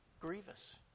grievous